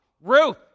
Ruth